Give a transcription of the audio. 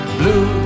blue